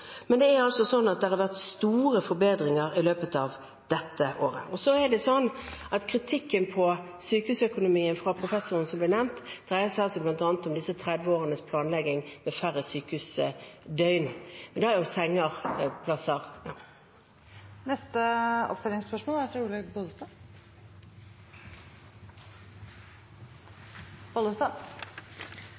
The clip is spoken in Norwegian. forbedringer i løpet av dette året. Så er det sånn at kritikken mot sykehusøkonomien fra professoren som ble nevnt, dreier seg bl.a. om 30 års planlegging med færre sykehusdøgn. Men det er jo sengeplasser. Olaug Bollestad – til oppfølgingsspørsmål. Å bruke ressurser innen helse riktig er